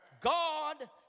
God